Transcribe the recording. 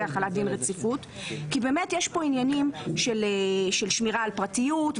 עליה דין רציפות כי באמת יש פה עניינים של שמירה על פרטיות,